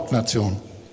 nation